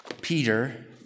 Peter